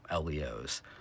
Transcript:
LEOs